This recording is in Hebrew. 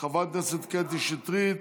חברת הכנסת קטי שטרית,